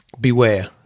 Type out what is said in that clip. Beware